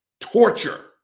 torture